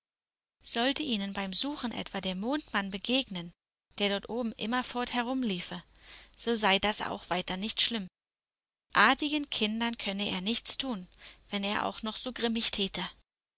sollte ihnen beim suchen etwa der mondmann begegnen der dort oben immerfort herumliefe so sei das auch weiter nicht schlimm artigen kindern könne er nichts tun wenn er auch noch so grimmig täte